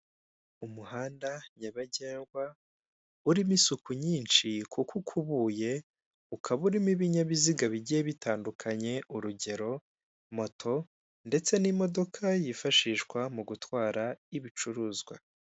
Umuhanda nyabagendwa, urimo isuku nyinshi kuko ukubuye ukaba urimo ibinyabiziga bigiye bitandukanye, urugero; moto, ndetse n'imodoka yifashishwa mu gutwara ibicuruzwa.